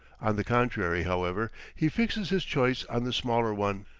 on the contrary, however, he fixes his choice on the smaller one.